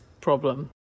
problem